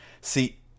See